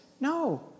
No